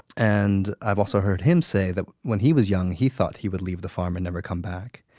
and i've also heard him say that when he was young, he thought he would leave the farm and never come back.